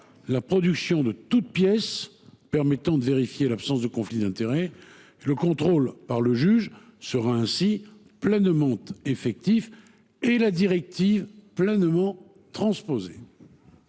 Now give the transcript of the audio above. la production de toutes pièces permettant de vérifier cette absence. Le contrôle par le juge sera ainsi pleinement effectif, et la directive pleinement transposée.